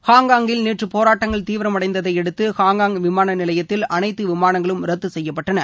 ஹாங்காங்கில் நேற்று போராட்டங்கள் தீவிரமடைந்ததையடுத்து ஹாங்காங் விமானநிலையத்தில் அனைத்து விமானங்களும் ரத்து செய்யப்பட்டன